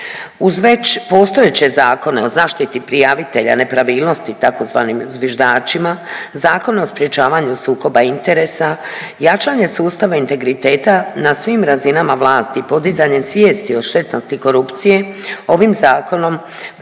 Uz već postojeće Zakone o zaštiti prijavitelja nepravilnosti tzv. zviždačima, Zakon o sprječavanju sukoba interesa, jačanje sustava integriteta na svim razinama vlasti i podizanjem svijesti o štetnosti korupcije ovim zakonom predstavljamo